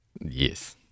Yes